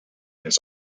his